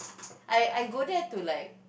I I go there to like